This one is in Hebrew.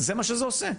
זה מה שזה עושה,